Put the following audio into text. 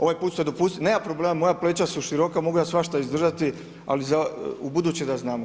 Ovaj put ste dopustili, nema problema, moja pleća su široka, mogu ja svašta izdržati ali za ubuduće da znamo.